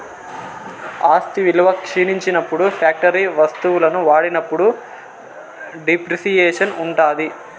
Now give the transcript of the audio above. ఆస్తి విలువ క్షీణించినప్పుడు ఫ్యాక్టరీ వత్తువులను వాడినప్పుడు డిప్రిసియేషన్ ఉంటాది